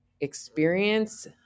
experience